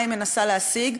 מה היא מנסה להשיג,